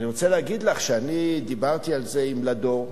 אני רוצה להגיד לך שאני דיברתי על זה עם לדור,